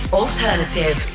alternative